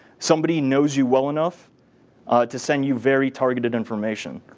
somebody knows you well enough to send you very targeted information.